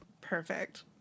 Perfect